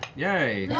yeah,